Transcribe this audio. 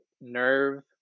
Nerve